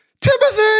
Timothy